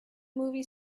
movie